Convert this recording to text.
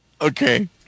Okay